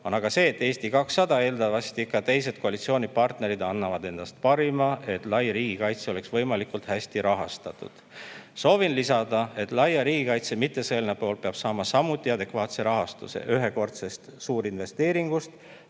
on see, et Eesti 200 ja eeldatavasti ka teised koalitsioonipartnerid annavad endast parima, et lai riigikaitse oleks võimalikult hästi rahastatud. Soovin lisada, et laia riigikaitse mittesõjaline pool peab saama samuti adekvaatse rahastuse ühekordsest suurinvesteeringust,